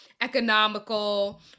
economical